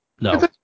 no